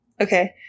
Okay